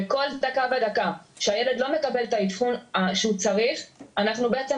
וכל דקה ודקה שהילד לא מקבל את האבחון שהוא צריך אנחנו בעצם